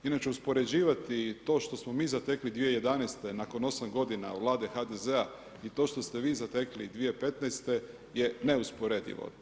Inače uspoređivati to što smo mi zatekli 2011. nakon 8 g. Vlade HDZ-a i to što ste vi zatekli 2015. ne neusporedivo.